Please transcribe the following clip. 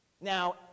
Now